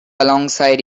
alongside